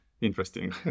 interesting